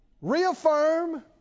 Reaffirm